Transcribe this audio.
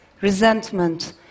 resentment